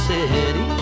City